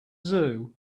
zoo